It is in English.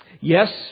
Yes